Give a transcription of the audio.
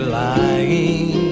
lying